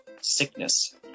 sickness